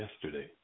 yesterday